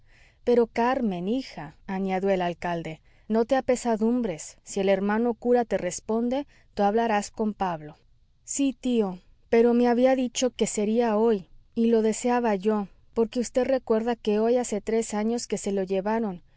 pero carmen hija añadió el alcalde no te apesadumbres si el hermano cura te responde tu hablarás con pablo sí tío pero me había dicho que sería hoy y lo deseaba yo porque vd recuerda que hoy hace tres años que se lo llevaron